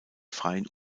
freien